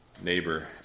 neighbor